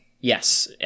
Yes